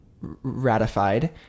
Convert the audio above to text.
ratified